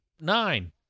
Nine